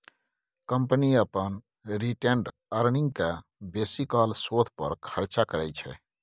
company अपन retained earning केँ बेसीकाल शोध पर खरचा करय छै